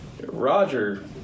Roger